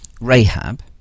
Rahab